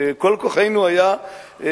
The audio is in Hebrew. שכל כוחנו היום,